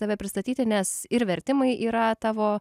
tave pristatyti nes ir vertimai yra tavo